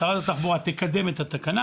שרת התחבורה תקדם את התקנה